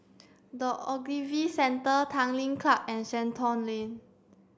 the Ogilvy Centre Tanglin Club and Shenton Lane